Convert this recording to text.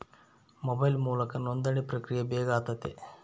mobile ಮೂಲಕ ನೋಂದಣಿ ಪ್ರಕ್ರಿಯೆ ಬೇಗ ಆತತೆ